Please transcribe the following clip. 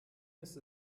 ist